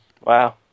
Wow